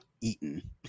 eaten